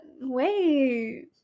wait